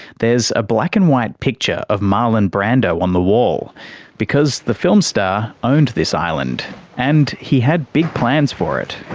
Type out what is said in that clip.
there's a black-and-white picture of marlon brando on the wall because the film star owned this island and he had big plans for it.